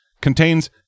contains